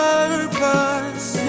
Purpose